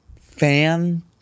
fan